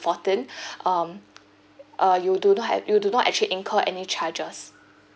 fourteen um uh you don't have you do not actually incur any charges